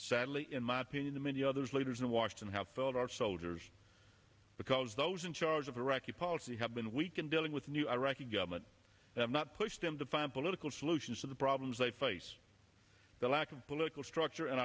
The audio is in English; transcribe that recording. sadly in my opinion the many others leaders in washington have failed our soldiers because those in charge of iraqi policy have been weakened dealing with the new iraqi government have not pushed him to find political solutions to the problems they face the lack of political structure